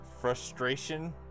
frustration